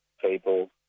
people